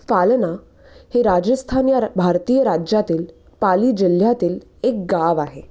फालना हे राजस्थान या भारतीय राज्यातील पाली जिल्ह्यातील एक गाव आहे